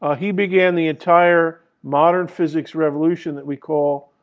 ah he began the entire modern physics revolution that we call